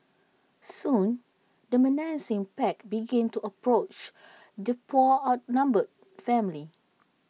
soon the menacing pack began to approach the poor outnumbered family